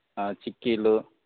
చిక్కీలు